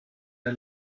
der